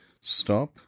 stop